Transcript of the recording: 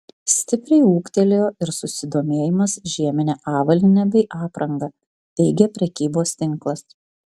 stipriai ūgtelėjo ir susidomėjimas žiemine avalyne bei apranga teigia prekybos tinklas